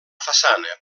façana